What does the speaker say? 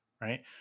right